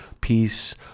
peace